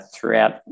throughout